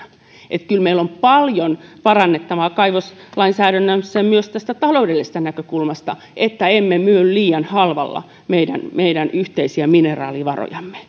kyllä meillä on paljon parannettavaa kaivoslainsäädännössä myös tästä taloudellisesta näkökulmasta että emme myy liian halvalla meidän meidän yhteisiä mineraalivarojamme